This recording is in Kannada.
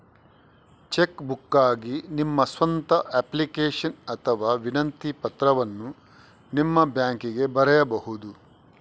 ಚೆಕ್ ಬುಕ್ಗಾಗಿ ನಿಮ್ಮ ಸ್ವಂತ ಅಪ್ಲಿಕೇಶನ್ ಅಥವಾ ವಿನಂತಿ ಪತ್ರವನ್ನು ನಿಮ್ಮ ಬ್ಯಾಂಕಿಗೆ ಬರೆಯಬಹುದು